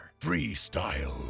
Freestyle